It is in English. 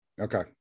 Okay